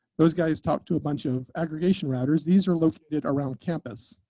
those guys talk to a bunch of aggregation routers. these are located around campus,